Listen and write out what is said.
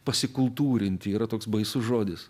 pasikultūrinti yra toks baisus žodis